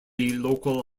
local